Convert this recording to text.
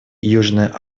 южная